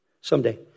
someday